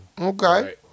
Okay